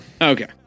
Okay